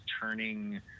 turning